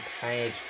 Page